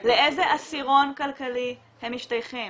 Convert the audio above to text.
מ ----- לאיזה עשירון כלכלי הם משתייכים?